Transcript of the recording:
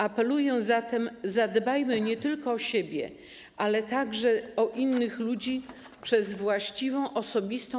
Apeluję zatem: zadbajmy nie tylko o siebie, ale także o innych ludzi przez właściwą postawę osobistą.